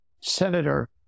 Senator